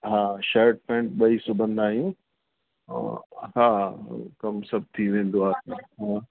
हा shirt pant ॿई सिबंदा आहियूं और हा कमु सभु थी वेंदो आहे हा